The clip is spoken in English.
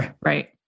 Right